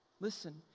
Listen